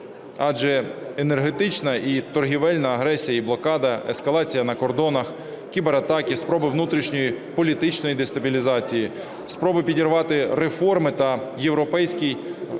Адже енергетична і торгівельна агресія і блокада, ескалація на кордонах, кібератаки, спроби внутрішньої, політичної дестабілізації, спроби підірвати реформи та європейський вектор